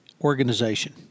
organization